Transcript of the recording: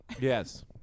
Yes